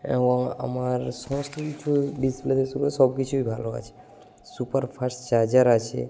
এবং আমার সমস্ত কিছু ডিসপ্লে ডিসপ্লে সব কিছুই ভালো আছে সুপারফাস্ট চার্জার আছে